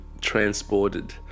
transported